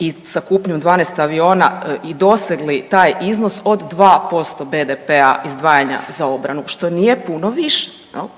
i sa kupnjom 12 aviona i dosegli taj iznos od 2% BDP-a izdvajanja za obranu, što nije puno više, je li?